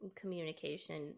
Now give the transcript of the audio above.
communication